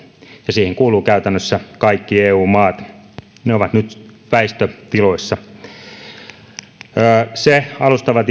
siihen kuuluvat käytännössä kaikki eu maat ne ovat nyt väistötiloissa sen alustavan